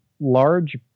large